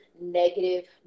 negative